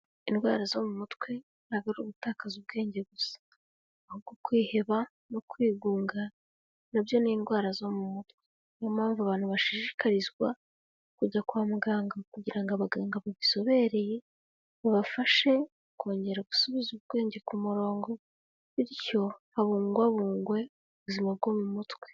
Indwara zo mu mutwe, ntabwo ari ugutakaza ubwenge gusa. Ahubwo kwiheba, no kwigunga, nabyo ni indwara zo mu mutwe. Ni yo mpamvu abantu bashishikarizwa, kujya kwa muganga kugira ngo abaganga babizobereye, babafashe kongera gusubiza ubwenge ku murongo, bityo habungwabungwe ubuzima bwo mu mutwe.